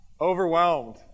Overwhelmed